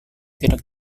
tidak